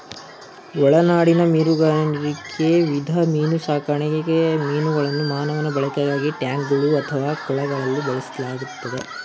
ಒಳನಾಡಿನ ಮೀನುಗಾರಿಕೆ ವಿಧ ಮೀನುಸಾಕಣೆ ಮೀನುಗಳನ್ನು ಮಾನವ ಬಳಕೆಗಾಗಿ ಟ್ಯಾಂಕ್ಗಳು ಅಥವಾ ಕೊಳಗಳಲ್ಲಿ ಬೆಳೆಸಲಾಗ್ತದೆ